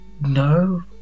no